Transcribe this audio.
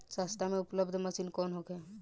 सस्ता में उपलब्ध मशीन कौन होखे?